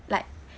like